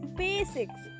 basics